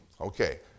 Okay